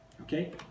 Okay